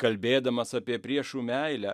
kalbėdamas apie priešų meilę